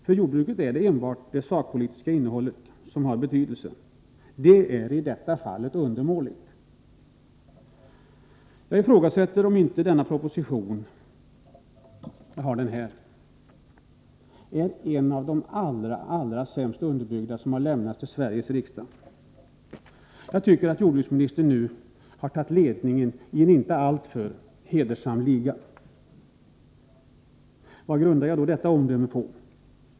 För jordbruket är det endast det sakpolitiska innehållet som har betydelse. Det är idetta fall undermåligt. Jag ifrågasätter om inte denna proposition är en av de allra sämst underbyggda som har lämnats till Sveriges riksdag. Jordbruksministern har nu tagit ledningen i den ligans inte alltför hedersamma tävlan. Vad grundar jag då detta omdöme på?